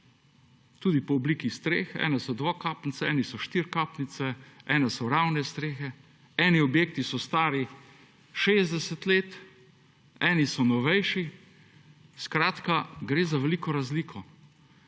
tudi po obliki streh, ene so dvokapnice, ene so štirikapnice, ene so ravne strehe, eni objekti so stari 60 let, eni so novejši. Skratka, gre za veliko razliko.